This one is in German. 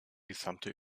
gesamte